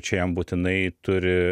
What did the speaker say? čia jam būtinai turi